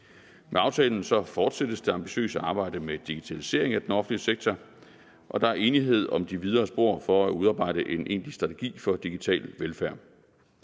Med aftalen fortsættes det ambitiøse arbejde med digitalisering af den offentlige sektor, og der er enighed om de videre spor for at udarbejde en egentlig strategi for digital velfærd.